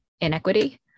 inequity